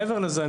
מעבר לזה.